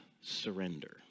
surrender